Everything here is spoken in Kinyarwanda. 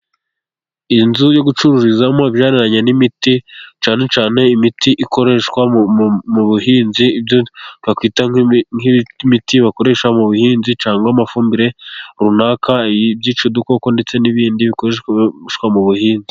Inzu yo gucururizamo ibijyaniranye n'imiti, cyane cyane imiti ikoreshwa mu buhinzi, ibyo bakwita imiti bakoresha mu buhinzi, cyangwa amafumbire runaka, byica udukoko ndetse n'ibindi bikoreshwa mu buhinzi.